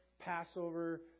Passover